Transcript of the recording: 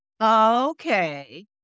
okay